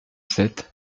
sept